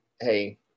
hey